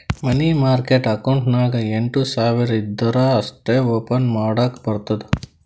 ಮನಿ market account ನಾಗ್ ಎಂಟ್ ಸಾವಿರ್ ಇದ್ದೂರ ಅಷ್ಟೇ ಓಪನ್ ಮಾಡಕ್ ಬರ್ತುದ